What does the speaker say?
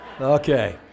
Okay